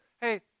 hey